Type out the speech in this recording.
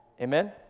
amen